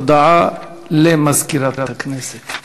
הודעה למזכירת הכנסת.